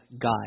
guide